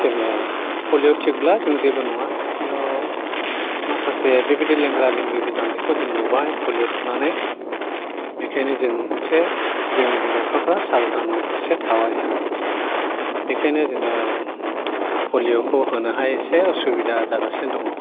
जोङो पलिय' थिगब्ला जों जेबो नङा माखासे बेबादि लेंग्रा लेंग्रिबो जानायखौ जों नुबाय पलिय' थुनानै बेखायनो जों एसे जोंनि बिमा बिफाफ्रा साबधानाव एसे थाबाय आरो बेखायनो जोङो पलिय'खौ होनोहाय एसे उसुबिदा जागासिनो दङ